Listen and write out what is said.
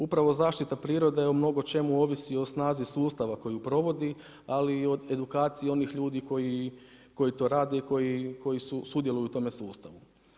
Upravo zaštita prirode o mnogo čemu ovisi o snazi sustava koju provodi, ali i od edukacije onih ljudi koji to rade i koji sudjeluju u tome sustavu.